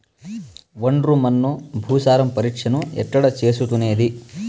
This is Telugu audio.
ఒండ్రు మన్ను భూసారం పరీక్షను ఎక్కడ చేసుకునేది?